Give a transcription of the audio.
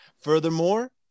Furthermore